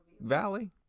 Valley